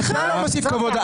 אתה לא מוסיף כבוד.